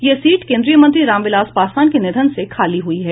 यह सीट केन्द्रीय मंत्री रामविलास पासवान के निधन से खाली हुई है